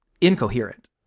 incoherent